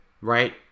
right